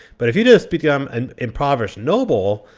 but if you just become an impoverished noble,